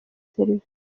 serivisi